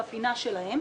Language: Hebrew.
בפינה שלהם.